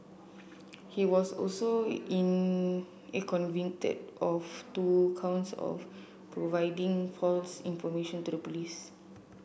he was also in in convicted of two counts of providing false information to the police